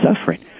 suffering